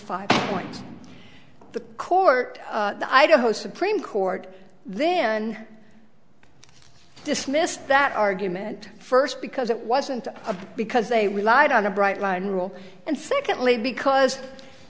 five points the court i don't host supreme court then dismissed that argument first because it wasn't because they relied on a bright line rule and secondly because